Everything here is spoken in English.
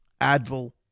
advil